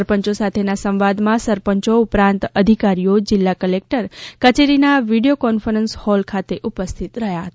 સરપંચો સાથેના સંવાદમાં સરપંચો ઉપરાંત અધિકારીઓ જીલ્લા કલેકટર કચેરીના વિડીયો કોન્ફરન્સ હોલ ખાતે ઉપસ્થિત રહ્યાં હતા